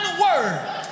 word